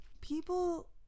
people